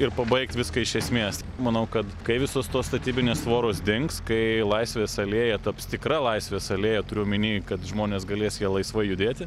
ir pabaigt viską iš esmės manau kad kai visos tos statybinės tvoros dings kai laisvės alėja taps tikra laisvės alėja turiu omeny kad žmonės galės ja laisvai judėti